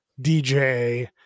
DJ